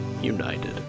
united